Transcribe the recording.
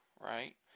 right